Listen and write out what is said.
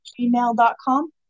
gmail.com